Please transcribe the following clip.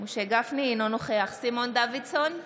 אינו נוכח סימון דוידסון,